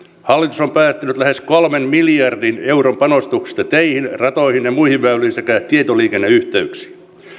on päättänyt lähes kolmen miljardin euron panostuksista teihin ratoihin ja muihin väyliin sekä tietoliikenneyhteyksiin